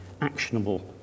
actionable